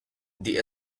the